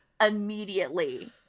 immediately